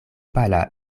pala